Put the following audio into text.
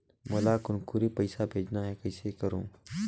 मोला कुनकुरी पइसा भेजना हैं, कइसे करो?